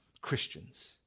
Christians